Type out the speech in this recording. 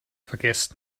vergesst